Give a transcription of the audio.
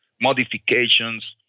modifications